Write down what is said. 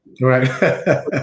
Right